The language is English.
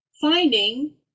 finding